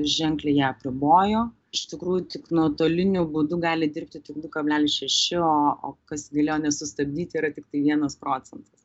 ženkliai ją apribojo iš tikrųjų tik nuotoliniu būdu gali dirbti tik du kablelis šeši o o kas galėjo nesustabdyti yra tiktai vienas procentas